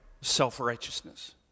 self-righteousness